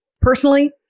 Personally